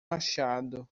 machado